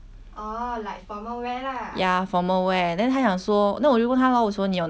ya formal wear then 她讲说那我就问她 lor 我说你有想要去哪里她讲说 maybe C_K lor